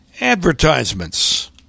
Advertisements